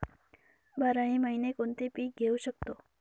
बाराही महिने कोणते पीक घेवू शकतो?